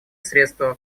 средства